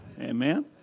Amen